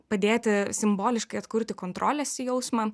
padėti simboliškai atkurti kontrolės jausmą